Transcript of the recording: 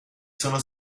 sono